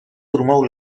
promou